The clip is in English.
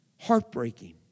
Heartbreaking